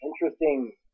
interesting